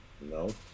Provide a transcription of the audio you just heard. No